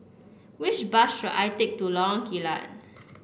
which bus should I take to Lorong Kilat